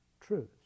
Truths